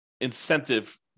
incentive